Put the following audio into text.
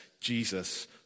Jesus